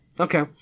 Okay